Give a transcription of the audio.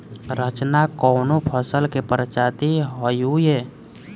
रचना कवने फसल के प्रजाति हयुए?